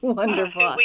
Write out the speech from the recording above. wonderful